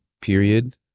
period